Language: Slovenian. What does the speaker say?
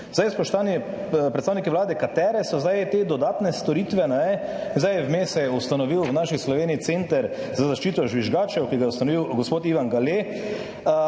Spoštovani predstavniki Vlade, katere so zdaj te dodatne storitve? Vmes se je ustanovil v naši Sloveniji Center za zaščito žvižgačev, ki ga je ustanovil gospod Ivan Gale.